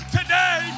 Today